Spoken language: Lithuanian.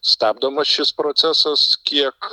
stabdomas šis procesas kiek